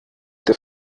der